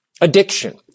Addiction